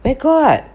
where got